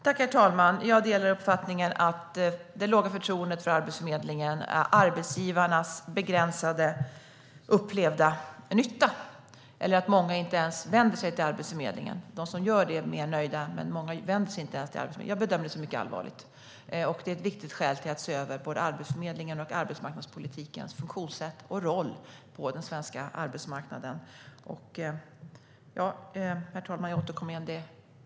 Herr talman! Jag delar uppfattningen att det är ett lågt förtroende för Arbetsförmedlingen. Arbetsgivare upplever att den har en begränsad nytta, och många vänder sig inte ens sig till Arbetsförmedlingen. Jag bedömer det som mycket allvarligt. Det är ett viktigt skäl till att se över både Arbetsförmedlingens och arbetsmarknadspolitikens funktionssätt och roll på den svenska arbetsmarknaden. Herr talman!